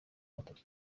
batatu